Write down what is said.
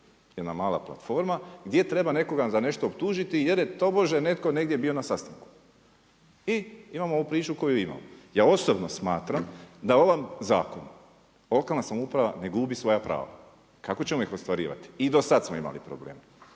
jedna mala platforma gdje treba nekoga za nešto optužiti jer je tobože netko negdje bio na sastanku. I imamo ovu priču koju imamo. Ja osobno smatram da ovom zakonu lokalna samouprava ne gubi svoja prava, kako ćemo ih ostvarivati, i do sad smo imali probleme.